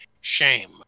shame